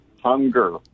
hunger